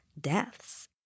deaths